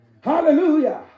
Hallelujah